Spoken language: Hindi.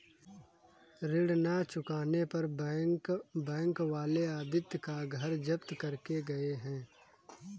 ऋण ना चुकाने पर बैंक वाले आदित्य का घर जब्त करके गए हैं